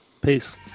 Peace